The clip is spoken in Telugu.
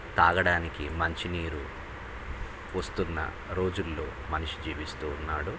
తాగడానికి మంచినీరు వస్తున్న రోజుల్లో మనిషి జీవిస్తు ఉన్నాడు